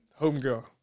Homegirl